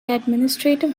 administrative